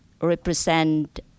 represent